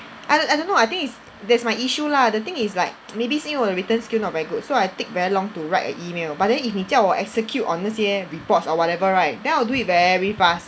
I don~ I don't know I think it's that's my issue lah the thing is like maybe 是因为我的 written skill not very good so I take very long to write a email but then if 你叫我 execute on 那些 reports or whatever right then I will do it very fast